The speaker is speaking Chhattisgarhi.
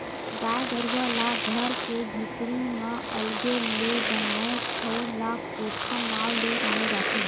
गाय गरुवा ला घर के भीतरी म अलगे ले बनाए ठउर ला कोठा नांव ले जाने जाथे